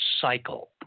cycle